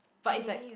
but it's like